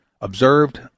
observed